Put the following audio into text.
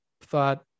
thought